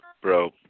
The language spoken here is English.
bro